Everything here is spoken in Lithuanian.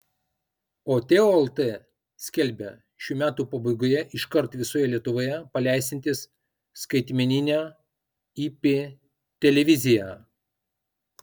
o teo lt skelbia šių metų pabaigoje iškart visoje lietuvoje paleisiantis skaitmeninę ip televiziją